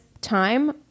time